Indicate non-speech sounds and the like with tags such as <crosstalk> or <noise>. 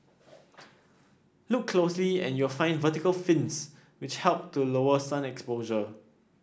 <noise> look closely and you'll find vertical fins which help to lower sun exposure